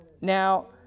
Now